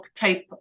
type